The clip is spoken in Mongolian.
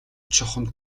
чухам